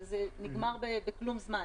זה נגמר בכלום זמן.